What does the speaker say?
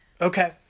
Okay